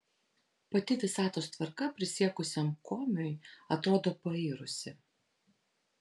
pati visatos tvarka prisiekusiam komiui atrodo pairusi